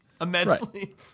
Immensely